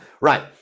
Right